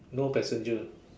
no passenger